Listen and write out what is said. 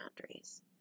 boundaries